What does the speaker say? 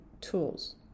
tools